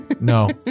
no